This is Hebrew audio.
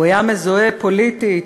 הוא היה מזוהה פוליטית,